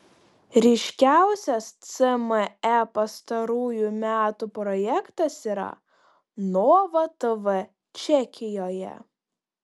ryškiausias cme pastarųjų metų projektas yra nova tv čekijoje